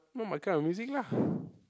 not my kind of music lah